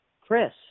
chris